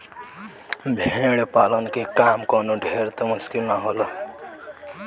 भेड़ पालन के काम कवनो ढेर त मुश्किल ना होला